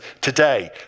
today